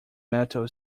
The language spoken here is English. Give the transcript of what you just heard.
metal